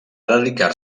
dedicar